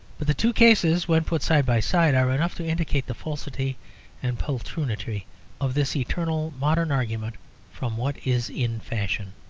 but the two cases, when put side by side, are enough to indicate the falsity and poltroonery of this eternal modern argument from what is in fashion.